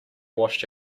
washed